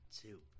Two